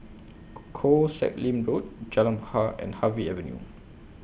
Koh Sek Lim Road Jalan Bahar and Harvey Avenue